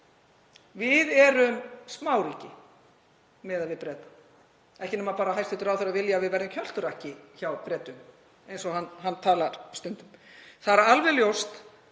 Við erum smáríki miðað við Breta. Ekki nema að hæstv. ráðherra vilji að við verðum kjölturakki hjá Bretum, eins og hann talar stundum. Það er alveg ljóst